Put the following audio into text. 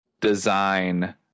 design